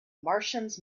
martians